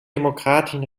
demokratischen